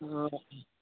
অঁ